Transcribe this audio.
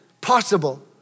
possible